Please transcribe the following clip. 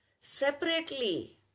separately